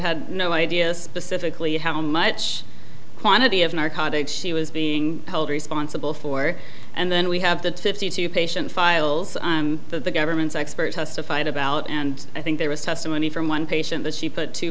had no idea specifically how much quantity of narcotics she was being held responsible for and then we have the fifty two patient files that the government's expert testified about and i think there was testimony from one patient that she put two